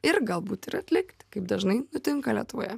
ir galbūt ir atlikti kaip dažnai nutinka lietuvoje